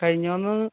കഴിഞ്ഞോ എന്നു